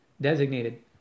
designated